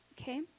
okay